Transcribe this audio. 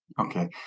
Okay